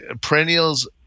Perennials